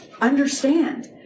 understand